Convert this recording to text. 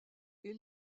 est